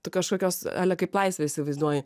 tu kažkokios ale kaip laisvę įsivaizduoji